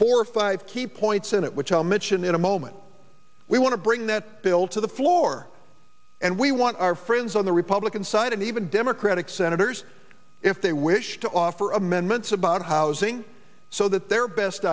for five key points in it which i'll mention in a moment we want to bring that bill to the floor and we want our friends on the republican side and even democratic senators if they wish to offer amendments about housing so that their best